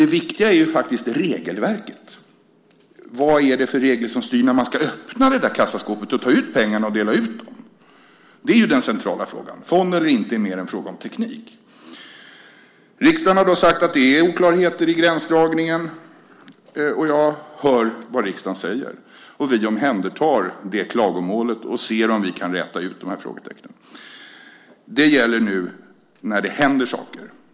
Det viktiga är faktiskt regelverket, vad det är för regler som styr när man ska öppna det där kassaskåpet och ta ut pengarna och dela ut dem. Det är den centrala frågan. Fond eller inte är mer en fråga om teknik. Riksdagen har sagt att det är oklarheter i gränsdragningen, och jag hör vad riksdagen säger. Vi omhändertar klagomålet och ser om vi kan räta ut frågetecknen. Nu gäller det vad vi gör när det väl händer saker.